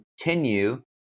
continue